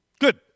Good